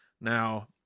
Now